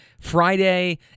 Friday